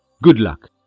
good luck!